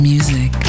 Music